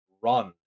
run